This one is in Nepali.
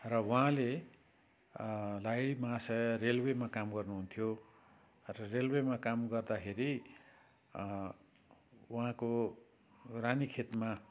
र उहाँले लाहिडी महाशय रेल्वेमा काम गर्नुहुन्थ्यो र रेल्वेमा काम गर्दाखेरि उहाँको रानीखेतमा